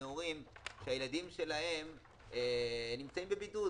מהורים שהילדים שלהם נמצאים בבידוד,